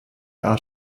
art